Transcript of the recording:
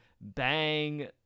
bang